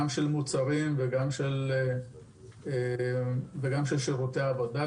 גם של מוצרים וגם של שירותי עבודה,